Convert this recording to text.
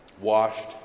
washed